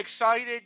excited